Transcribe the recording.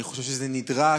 אני חושב שזה נדרש,